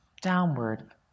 downward